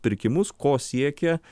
pirkimus ko siekia